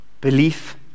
belief